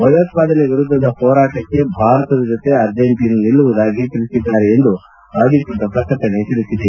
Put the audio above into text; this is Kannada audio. ಭಯೋತ್ವಾದನೆ ವಿರುದ್ಧದ ಹೋರಾಟಕ್ಕೆ ಭಾರತದ ಜೊತೆ ಅರ್ಜೈಂಟನಾ ನಿಲ್ಲುವುದಾಗಿ ಹೇಳಿದ್ದಾರೆ ಎಂದು ಅಧಿಕೃತ ಪ್ರಕಟಣೆ ತಿಳಿಸಿದೆ